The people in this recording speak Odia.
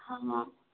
ହଁ